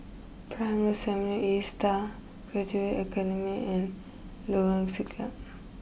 Primrose A Star Graduate Academy and Lorong Siglap